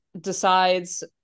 decides